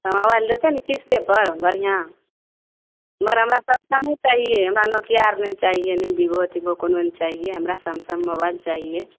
तऽ मोबाइल देतय ने किस्तेपर बढ़िआँ मगर हमरा समसने चाहिये हमरा नोकिया आर नहि चाहियै नहि बिबो तीबो कोनो नहि चाहियै हमरा सेमसन मोबाइल चाहियै